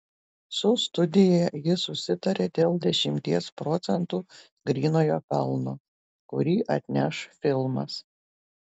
su studija jis susitarė dėl dešimties procentų grynojo pelno kurį atneš filmas